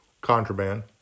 contraband